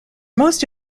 most